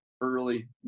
early